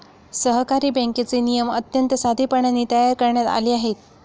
सहकारी बँकेचे नियम अत्यंत साधेपणाने तयार करण्यात आले आहेत